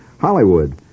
Hollywood